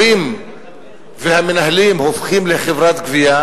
שהמורים והמנהלים הופכים לחברת גבייה,